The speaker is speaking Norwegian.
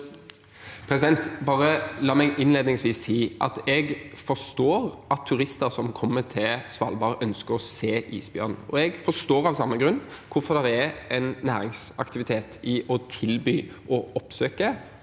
La meg bare innledningsvis si at jeg forstår at turister som kommer til Svalbard, ønsker å se isbjørn. Jeg forstår av samme grunn hvorfor det er en næringsaktivitet å tilby å oppsøke